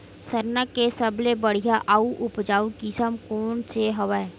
सरना के सबले बढ़िया आऊ उपजाऊ किसम कोन से हवय?